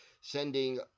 sending